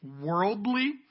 worldly